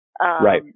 Right